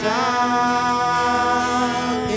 down